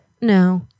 No